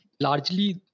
largely